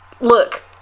look